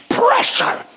pressure